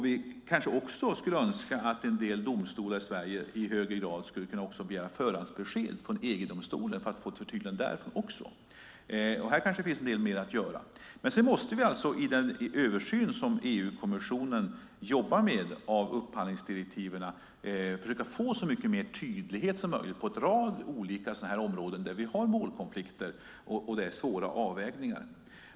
Vi kanske också skulle önska att en del domstolar i Sverige i högre grad kunde begära förhandsbesked från EU-domstolen, för att få förtydligande därifrån. Här kanske det finns en del ytterligare att göra. I den översyn av upphandlingsdirektiven som EU-kommissionen jobbar med måste vi försöka så mycket tydlighet som möjligt på en rad olika områden där det finns målkonflikter och där det är svåra avvägningar.